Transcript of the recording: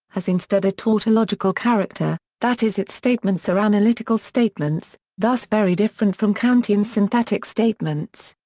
has instead a tautological character, that is its statements are analytical statements, thus very different from kantian synthetic statements.